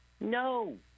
No